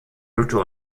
luther